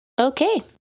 Okay